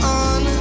on